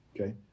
okay